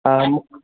आम्